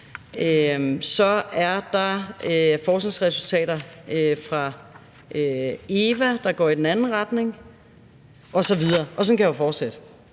Så er der forskningsresultater fra EVA, der går i den anden retning. Og sådan kan jeg jo fortsætte,